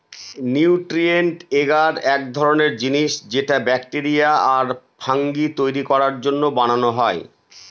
nutrient agar এক ধরনের জিনিস যেটা ব্যাকটেরিয়া আর ফাঙ্গি তৈরী করার জন্য বানানো হয়